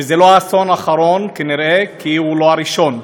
וזה לא האסון האחרון כנראה, כי הוא לא הראשון.